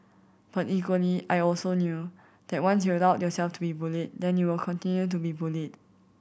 but equally I also knew that once you allow yourself to be bullied then you will continue to be bullied